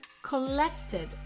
Collected